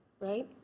right